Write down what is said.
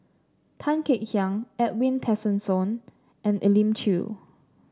Tan Kek Hiang Edwin Tessensohn and Elim Chew